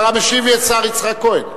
השר המשיב, השר המשיב יהיה השר יצחק כהן.